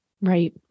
right